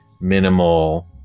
minimal